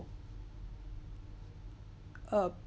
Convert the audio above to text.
err